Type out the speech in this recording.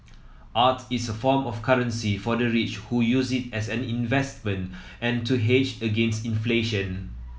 art is a form of currency for the rich who use it as an investment and to hedge against inflation